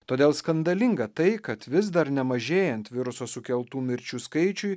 todėl skandalinga tai kad vis dar nemažėjant viruso sukeltų mirčių skaičiui